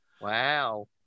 Wow